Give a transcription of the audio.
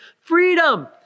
freedom